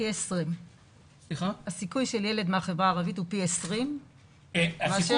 פי 20. הסיכוי של ילד מהחברה הערבית הוא פי 20 מאשר ילד